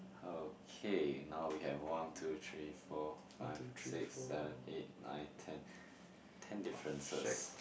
okay now we have one two three four five six seven eight nine ten ten differences